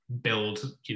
build